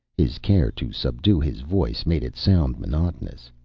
his care to subdue his voice made it sound monotonous.